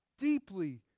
deeply